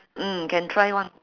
mm can try [one]